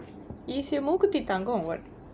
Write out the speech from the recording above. is it mookkuthi thangam thangam or what